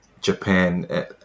Japan